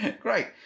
great